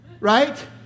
Right